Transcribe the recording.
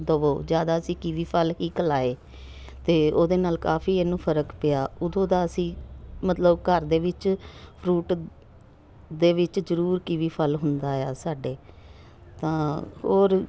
ਦਿਓ ਜ਼ਿਆਦਾ ਅਸੀਂ ਕੀਵੀ ਫਲ ਹੀ ਖਿਲਾਏ ਅਤੇ ਉਹਦੇ ਨਾਲ ਕਾਫੀ ਇਹਨੂੰ ਫਰਕ ਪਿਆ ਉਦੋਂ ਦਾ ਅਸੀਂ ਮਤਲਬ ਘਰ ਦੇ ਵਿੱਚ ਫਰੂਟ ਦੇ ਵਿੱਚ ਜ਼ਰੂਰ ਕੀਵੀ ਫਲ ਹੁੰਦਾ ਹੈ ਸਾਡੇ ਤਾਂ ਹੋਰ